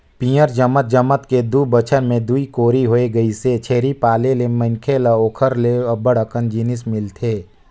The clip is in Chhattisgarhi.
पियंर जमत जमत के दू बच्छर में दूई कोरी होय गइसे, छेरी पाले ले मनखे ल ओखर ले अब्ब्ड़ अकन जिनिस मिलथे